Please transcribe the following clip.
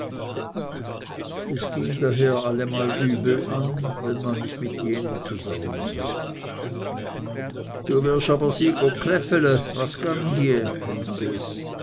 es ging daher allemal übel an wenn man mich mit jenen zusammensah du wirst aber sy ga chläfele was gang hie hieß es